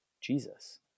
Jesus